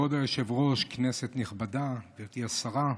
כבוד היושב-ראש, כנסת נכבדה, גברתי השרה,